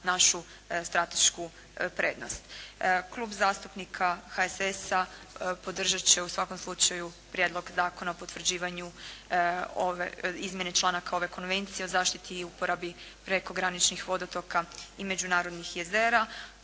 našu stratešku prednost. Klub zastupnika HSS-a podržat će u svakom slučaju Prijedlog zakona o potvrđivanju izmjene članaka ove konvencije o zaštiti i uporabi prekograničnih vodotoka i međunarodnih jezera